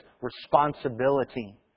responsibility